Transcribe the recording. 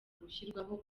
gushyirwaho